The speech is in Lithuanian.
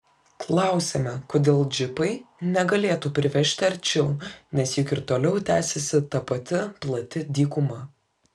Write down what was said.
klausiame kodėl džipai negalėtų privežti arčiau nes juk ir toliau tęsiasi ta pati plati dykuma